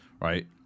right